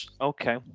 okay